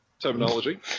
terminology